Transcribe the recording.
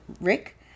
Rick